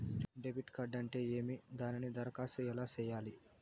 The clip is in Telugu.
డెబిట్ కార్డు అంటే ఏమి దానికి దరఖాస్తు ఎలా సేయాలి